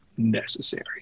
Necessary